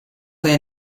they